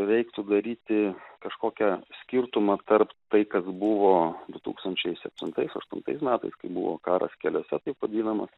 reiktų daryti kažkokį skirtumą tarp tai kas buvo du tūkstančiai septintais aštuntais metais buvo karas keliuose taip vadinamas